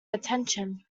attention